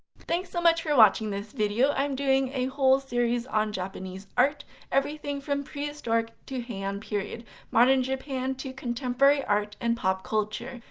thanks so much for watching this video! i'm doing a whole series on japanese art everything from prehistoric to heian period modern japan to contemporary art and pop culture.